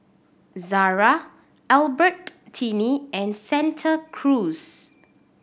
Zara Albertini and Santa Cruz